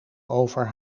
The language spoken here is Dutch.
over